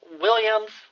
Williams